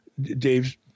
Dave's